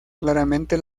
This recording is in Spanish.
claramente